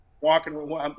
walking